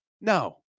no